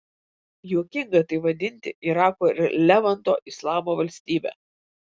juokinga tai vadinti irako ir levanto islamo valstybe